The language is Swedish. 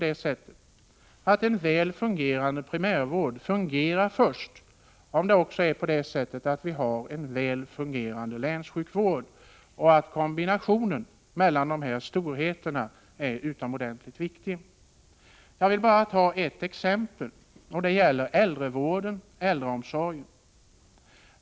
En väl fungerande primärvård kan vi få först om vi har en väl fungerande länssjukvård — kombinationen av de två storheterna är utomordentligt viktig. Jag vill bara ta ett exempel som gäller äldreomsorgen.